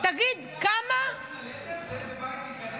מה זה "לא יודעים"?